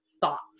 thoughts